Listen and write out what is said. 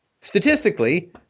Statistically